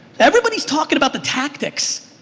everybody's talking about the tactics,